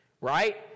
Right